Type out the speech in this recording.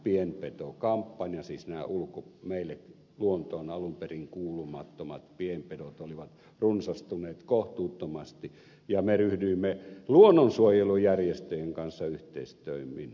siis nämä meille luontoon alun perin kuulumattomat pienpedot olivat runsastuneet kohtuuttomasti ja me ryhdyimme luonnonsuojelujärjestöjen kanssa yhteistoimin rajoittamaan niitä